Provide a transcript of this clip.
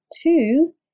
two